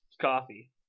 coffee